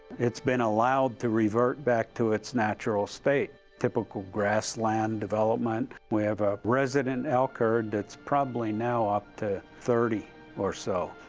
it's been allowed to revert back to its natural state, typical grassland development. we have a resident elk herd that's probably now up to thirty or so.